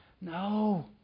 No